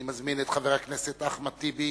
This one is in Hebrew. אני מזמין את חבר הכנסת אחמד טיבי